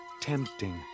tempting